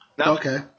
Okay